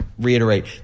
reiterate